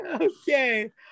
Okay